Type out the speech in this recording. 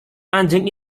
anjing